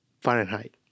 Fahrenheit